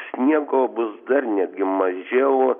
sniego bus dar netgi mažiau